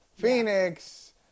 Phoenix